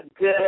good